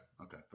okay